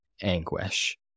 anguish